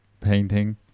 painting